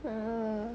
err